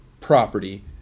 property